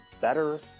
better